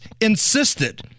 insisted